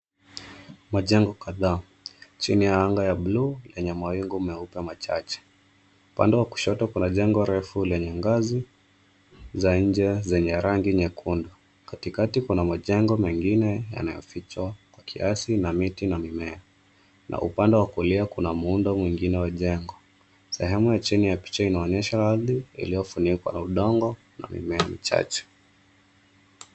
Majengo kadhaa chini ya anga ya buluu yenye mawingu meupe machache. Upande wa kushoto kuna jengo ndefu lenye ngazi za nje zenye rangi nyekundu. Katikati kuna majengo mengine yanayofichwa kwa kiasi na miti na mimea. Na upande wa kulia kuna muundo mwingine wa jengo. Sehemu ya chini ya picha inaonyesha ardhi iliyofunikwa na udongo na mimea michache.